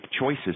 choices